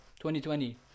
2020